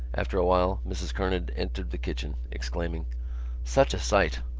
after a while mrs. kernan entered the kitchen, exclaiming such a sight!